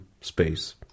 space